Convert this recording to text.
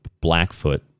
Blackfoot